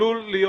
עלול להיות